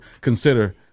consider